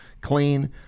clean